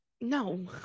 no